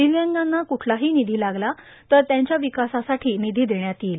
दिव्यांगांना क्ठलाही निधी लागला तर त्यांच्या विकासासाठी निधी देण्यात येईल